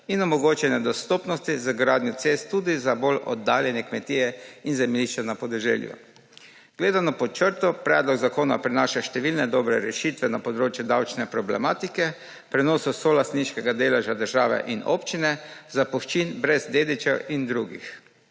in omogočanja dostopnosti za gradnjo cest tudi za bolj oddaljene kmetije in zemljišča na podeželju. Gledano pod črto, predlog zakona prinaša številne dobre rešitve na področju davčne problematike, prenosa solastniškega deleža države in občine, zapuščin brez dedičev in drugih.